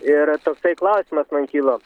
ir toksai klausimas man kilo